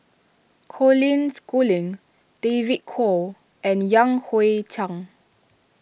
Colin Schooling David Kwo and Yan Hui Chang